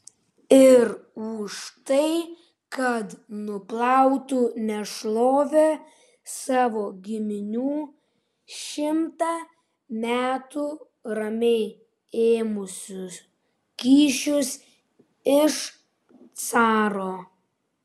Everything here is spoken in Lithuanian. ir už tai kad nuplautų nešlovę savo giminių šimtą metų ramiai ėmusių kyšius iš caro